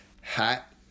hat